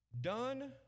Done